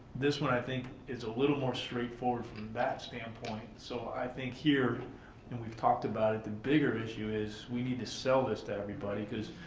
this one, i think, is a little more straightforward from that stand point, so i think here and we've talked about it, the bigger issue is we need to sell this to everybody because,